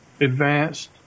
advanced